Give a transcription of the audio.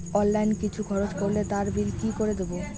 Online কিছু খরচ করলে তার বিল কি করে দেবো?